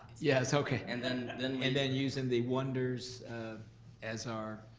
yes, okay. and then then we and then using the wonders as our